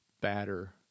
batter